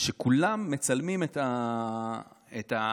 שכולם מצלמים את הרגע.